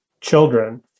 children